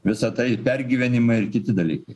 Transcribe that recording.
visa tai pergyvenimai ir kiti dalykai